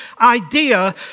idea